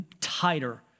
tighter